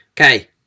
okay